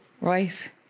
Right